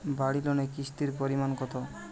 বাড়ি লোনে কিস্তির পরিমাণ কত?